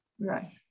Right